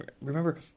remember